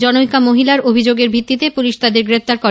জনৈকা মহিলার অভিযোগের ভিত্তিতে পুলিশ তাদের গ্রেপ্তার করে